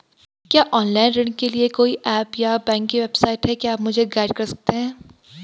क्या ऑनलाइन ऋण के लिए कोई ऐप या बैंक की वेबसाइट है क्या आप मुझे गाइड कर सकते हैं?